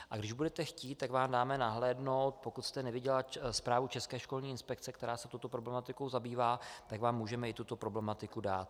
A když budete chtít, tak vám dáme nahlédnout, pokud jste neviděla zprávu České školní inspekce, která se touto problematikou zabývá, tak vám můžeme i tuto problematiku dát.